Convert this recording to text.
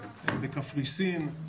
בקפריסין,